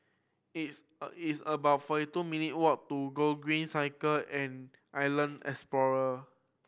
it's it's about forty two minute walk to Gogreen Cycle and Island Explorer